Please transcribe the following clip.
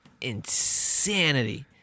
insanity